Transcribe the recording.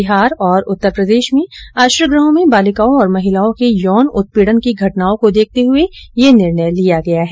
बिहार और उत्तर प्रदेश में आश्रय गृहों में बालिकाओं तथा महिलाओं के यौन उत्पीड़न की घटनाओं को देखते हुए ये निर्णय लिया गया है